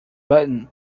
button